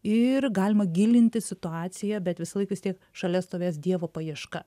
ir galima gilinti situaciją bet visą laiką vis tiek šalia stovės dievo paieška